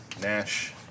Nash